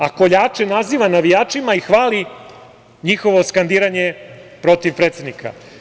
A koljače naziva navijačima i hvali njihovo skandiranje protiv predsednika.